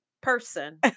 Person